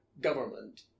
government